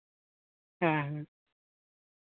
ᱦᱮᱸ